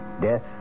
Death